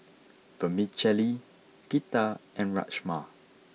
Vermicelli Pita and Rajma